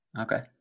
Okay